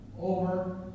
over